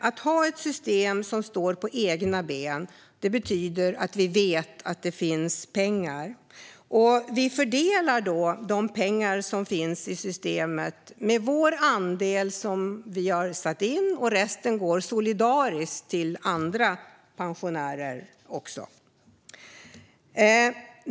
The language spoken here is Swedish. Att ha ett system som står på egna ben betyder att vi vet att det finns pengar. Vi fördelar de pengar som finns i systemet med vår andel som vi har satt in, och resten går solidariskt till andra pensionärer också.